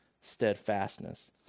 steadfastness